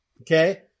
Okay